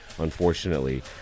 unfortunately